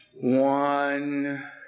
One